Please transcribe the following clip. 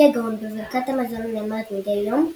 כגון בברכת המזון הנאמרת מדי יום,